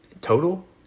total